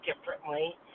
differently